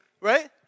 right